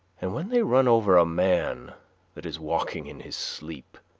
and when they run over a man that is walking in his sleep,